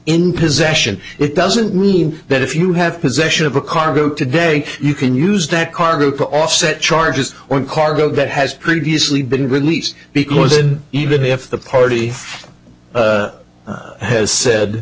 in possession it doesn't really mean that if you have possession of a cargo today you can use that card to offset charges or cargo that has previously been released because even if the party has said